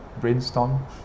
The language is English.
brainstorm